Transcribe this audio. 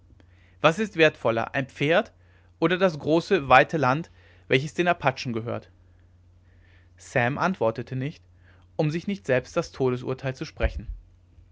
was ist wertvoller ein pferd oder das große weite land welches den apachen gehört sam antwortete nicht um sich nicht selbst das todesurteil zu sprechen